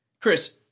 Chris